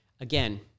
again